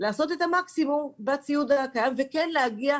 לעשות את המקסימום עם הציוד הקיים ולהתקדם.